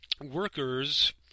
workers